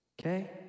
okay